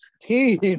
team